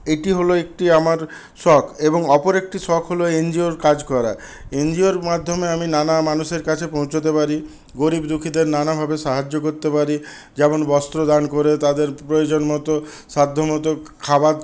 এটি হল একটি আমার শখ এবং অপর একটি শখ হল এনজিওর কাজ করা এনজিওর মাধ্যমে আমি নানা মানুষের কাছে পৌঁছোতে পারি গরিব দুঃখীদের নানাভাবে সাহায্য করতে পারি যেমন বস্ত্র দান করে তাদের প্রয়োজন মতো সাধ্য মতো খাবার